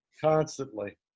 Constantly